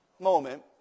moment